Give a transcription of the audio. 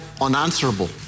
unanswerable